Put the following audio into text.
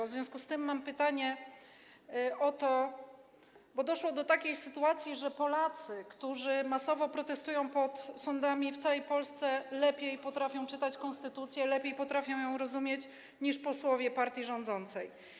W związku z tym mam pytanie, bo doszło do takiej sytuacji, że Polacy, którzy masowo protestują pod sądami w całej Polsce, lepiej potrafią czytać konstytucję, lepiej potrafią ją rozumieć niż posłowie partii rządzącej.